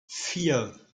vier